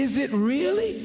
is it really